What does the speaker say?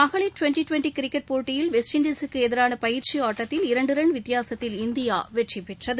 மகளிர் twenty twenty cricket போட்டியில் west இன்டஸூக்கு எதிரான பயிற்சி ஆட்டத்தில் இரண்டு ரன் வித்தியாசத்தில் இந்தியா வெற்றி பெற்றது